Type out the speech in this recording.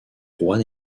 juan